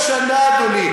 כל שנה, אדוני.